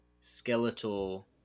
skeletal